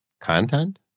Content